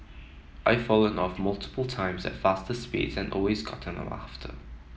I've fallen off multiple times at faster speeds and always gotten up after